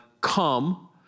come